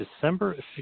December